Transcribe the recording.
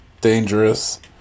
dangerous